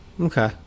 Okay